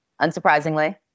unsurprisingly